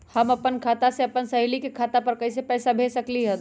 हम अपना खाता से अपन सहेली के खाता पर कइसे पैसा भेज सकली ह?